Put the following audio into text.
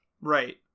Right